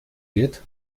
wird